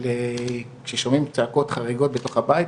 של כשומעים צעקות חריגות בתוך הבית,